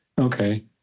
Okay